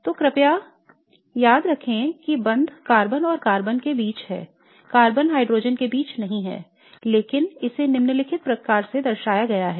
तो कृपया याद रखें कि बंध कार्बन और कार्बन के बीच है कार्बन हाइड्रोजन के बीच नहीं है लेकिन इसे निम्नलिखित प्रकार से दर्शाया गया है